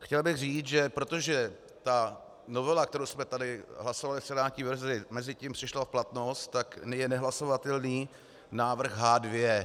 Chtěl bych říci, že protože ta novela, kterou jsme tady hlasovali v senátní verzi, mezitím přišla v platnost, tak je nehlasovatelný návrh H2.